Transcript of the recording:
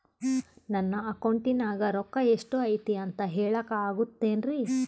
ನನ್ನ ಅಕೌಂಟಿನ್ಯಾಗ ರೊಕ್ಕ ಎಷ್ಟು ಐತಿ ಅಂತ ಹೇಳಕ ಆಗುತ್ತೆನ್ರಿ?